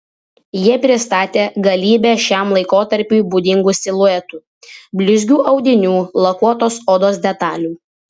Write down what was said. jie pristatė galybę šiam laikotarpiui būdingų siluetų blizgių audinių lakuotos odos detalių